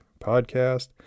podcast